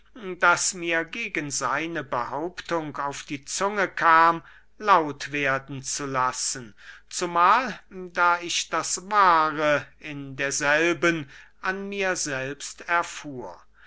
das mir gegen seine behauptung auf die zunge kam laut werden zu lassen zumahl da ich das wahre in derselben an mir selbst erfuhr